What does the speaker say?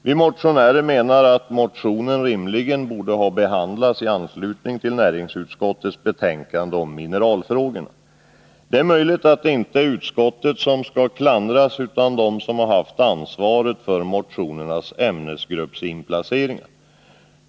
Vi motionärer menar att motionen borde ha behandlats i anslutning till näringsutskottets betänkande om mineralfrågorna. Det är möjligt att det inte är utskottet som skall klandras för detta utan de som haft ansvaret för motionernas ämnesgruppsinplaceringar.